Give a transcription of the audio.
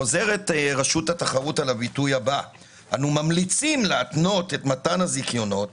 חוזרת רשות התחרות על הביטוי הבא: אנו ממליצים להתנות את מתן הזיכיונות